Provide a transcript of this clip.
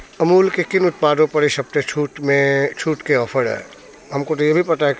अमूल के किन उत्पादों पर इस हफ़्ते छूट में छूट के ऑफ़र हैं हम को तो ये भी पता है